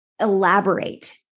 elaborate